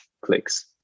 clicks